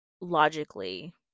logically